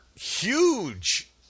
huge